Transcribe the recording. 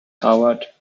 howard